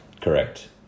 correct